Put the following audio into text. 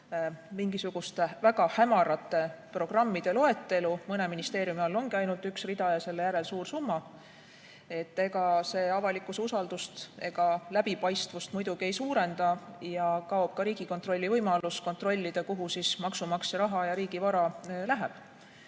mingisuguste väga hämarate programmide loetelu, mõne ministeeriumi all ongi ainult üks rida ja selle järel suur summa, siis ega see avalikkuse usaldust ega läbipaistvust muidugi ei suurenda. Ja kaob ka Riigikontrollil võimalus kontrollida, kuhu maksumaksja raha ja riigi vara läheb.